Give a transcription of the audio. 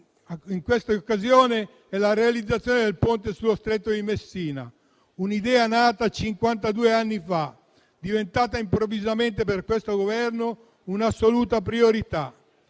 in questa occasione è la realizzazione del Ponte sullo Stretto di Messina, un'idea nata cinquantadue anni fa, diventata improvvisamente per questo Governo un'assoluta priorità.